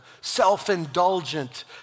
self-indulgent